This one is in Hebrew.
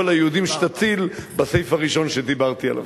היהודים שתציל בסעיף הראשון שדיברתי עליו.